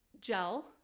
Gel